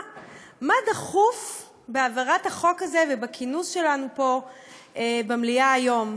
מה דחוף בהעברת החוק הזה ובכינוס שלנו פה במליאה היום?